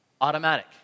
automatic